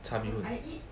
char bee hoon I I eat since